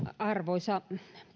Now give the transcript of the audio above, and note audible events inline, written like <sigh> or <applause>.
<unintelligible> arvoisa